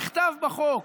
נכתב בחוק,